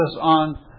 on